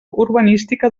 urbanística